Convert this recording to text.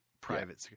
Private